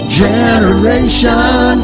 generation